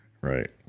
Right